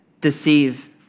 deceive